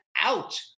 out